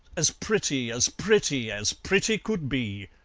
as pretty as pretty, as pretty could be.